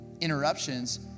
interruptions